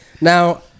Now